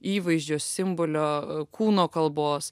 įvaizdžio simbolio kūno kalbos